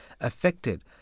affected